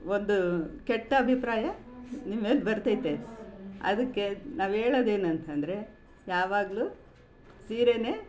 ಒಂದು ಕೆಟ್ಟ ಅಭಿಪ್ರಾಯ ನಿಮ್ಮ ಮೇಲೆ ಬರ್ತೈತೆ ಅದಕ್ಕೆ ನಾವ್ಹೇಳೊದು ಏನಂತಂದರೆ ಯಾವಾಗಲೂ ಸೀರೆಯೇ